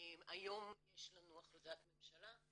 היום יש לנו החלטת ממשלה,